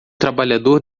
trabalhador